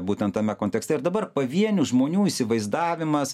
būtent tame kontekste ir dabar pavienių žmonių įsivaizdavimas